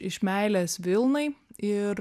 iš meilės vilnai ir